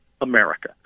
America